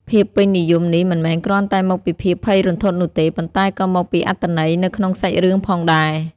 ភាពពេញនិយមនេះមិនមែនគ្រាន់តែមកពីភាពភ័យរន្ធត់នោះទេ ប៉ុន្តែក៏មកពីអត្ថន័យនៅក្នុងសាច់រឿងផងដែរ។